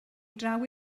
draw